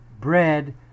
bread